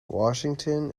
washington